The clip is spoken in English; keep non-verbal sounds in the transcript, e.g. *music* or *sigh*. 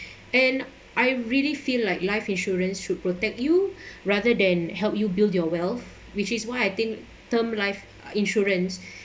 and I really feel like life insurance should protect you rather than help you build your wealth which is why I think term life insurance *breath*